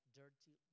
dirty